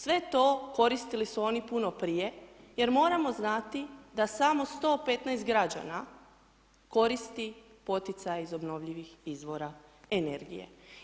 Sve to koristili su oni puno prije jer moramo znati da samo 115 građana koristi poticaj iz obnovljivih izvora energije.